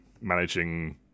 managing